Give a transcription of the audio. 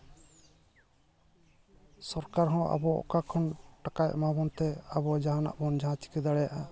ᱥᱚᱨᱠᱟᱨ ᱦᱚᱸ ᱟᱵᱚ ᱚᱠᱟ ᱠᱷᱚᱱ ᱴᱟᱠᱟᱭ ᱮᱢᱟ ᱵᱚᱱ ᱛᱮ ᱟᱵᱚ ᱡᱟᱦᱟᱱᱟᱜ ᱵᱚᱱ ᱡᱟᱦᱟᱸ ᱪᱤᱠᱟᱹ ᱫᱟᱲᱮᱭᱟᱜᱼᱟ